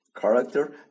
character